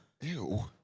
Ew